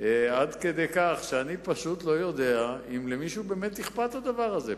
עד כדי כך שאני פשוט לא יודע אם למישהו באמת אכפת הדבר הזה.